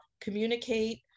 Communicate